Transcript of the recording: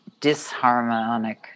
disharmonic